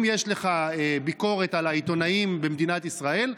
אם יש לך ביקורת על העיתונאים במדינת ישראל,